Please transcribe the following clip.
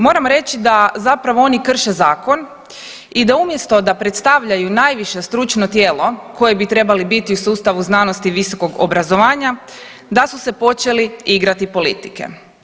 Moram reći da zapravo oni krše zakon i da umjesto da predstavljaju najviše stručno tijelo koje bi trebali biti u sustavu znanosti i visokog obrazovanja da su se počeli igrati politike.